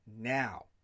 now